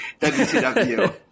WCW